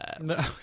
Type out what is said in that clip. no